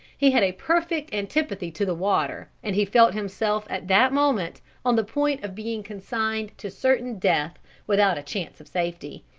he had a perfect antipathy to the water, and he felt himself at that moment on the point of being consigned to certain death without a chance of safety.